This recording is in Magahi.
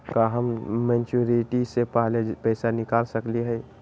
का हम मैच्योरिटी से पहले पैसा निकाल सकली हई?